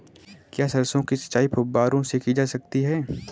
क्या सरसों की सिंचाई फुब्बारों से की जा सकती है?